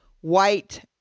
white